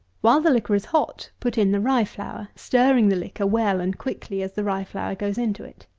while the liquor is hot, put in the rye-flour stirring the liquor well, and quickly, as the rye-flour goes into it.